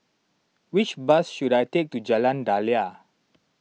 which bus should I take to Jalan Daliah